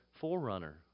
forerunner